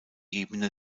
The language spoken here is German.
ebene